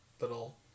little